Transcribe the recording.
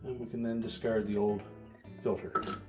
we can then discard the old filter. now,